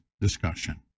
discussion